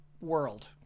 world